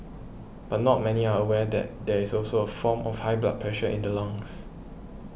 but not many are aware that there is also a form of high blood pressure in the lungs